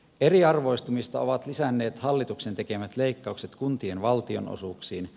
eriarvoistumista ovat lisänneet hallituksen tekemät leikkaukset kuntien valtionosuuksiin